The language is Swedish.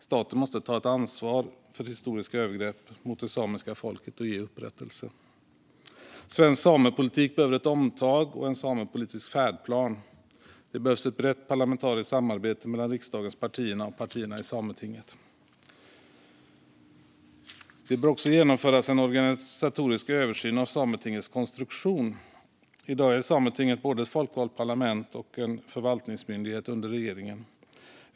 Staten måste ta ansvar för historiska övergrepp mot det samiska folket och ge upprättelse. Svensk samepolitik behöver ett omtag och en samepolitisk färdplan. Det behövs ett brett parlamentariskt samarbete mellan riksdagens partier och partierna i Sametinget. Det bör också genomföras en organisatorisk översyn av Sametingets konstruktion. I dag är Sametinget både ett folkvalt parlament och en förvaltningsmyndighet under regeringen.